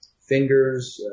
Fingers